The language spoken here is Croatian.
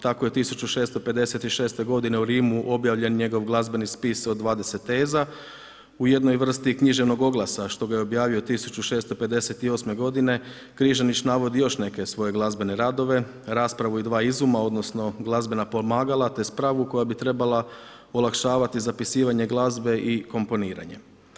Tako je 1656. godine u Rimu objavljen njegov glazbeni spis od 20 teza u jednoj vrsti književnog oglasa što ga je objavio 1658. godine Križanić navodi još neke svoje glazbene radove, raspravu i dva izuma, odnosno glazbena pomagala te spravu koja bi trebala olakšavati zapisivanje glazbe i komponiranje.